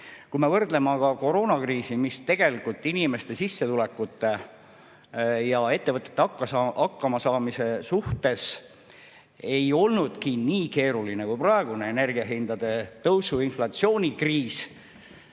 Kui me võrdleme aga koroonakriisi, mis tegelikult inimeste sissetulekute ja ettevõtete hakkamasaamise suhtes ei olnudki nii keeruline kui praegune energiahindade tõusu ja inflatsioonikriis